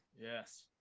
Yes